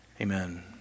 Amen